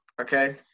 okay